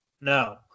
No